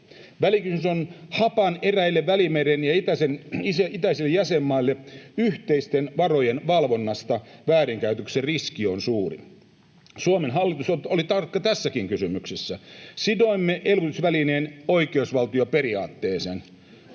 Välikysymys on hapan eräille Välimeren ja itäisille jäsenmaille yhteisten varojen valvonnasta. Väärinkäytöksen riski on suuri. Suomen hallitus oli tarkka tässäkin kysymyksessä. Sidoimme elvytysvälineen oikeusvaltioperiaatteeseen.